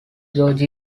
george